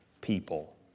people